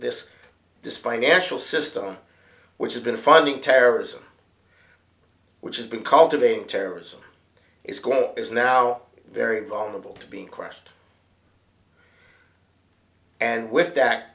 this this financial system which has been funding terrorism which has been called giving terrorists is quote is now very vulnerable to being crushed and with that